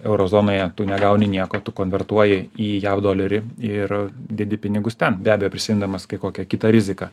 euro zonoje tu negauni nieko tu konvertuoji į jav dolerį ir dedi pinigus ten be abejo prisiimdamas kai kokią kitą riziką